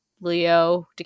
Leo